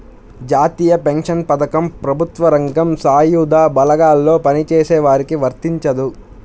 జాతీయ పెన్షన్ పథకం ప్రభుత్వ రంగం, సాయుధ బలగాల్లో పనిచేసే వారికి వర్తించదు